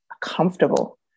comfortable